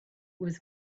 was